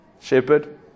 Shepherd